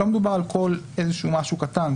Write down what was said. לא מדובר על כל איזה שהוא משהו קטן,